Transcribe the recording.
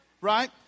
Right